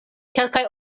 kelkaj